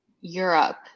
Europe